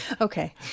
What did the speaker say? Okay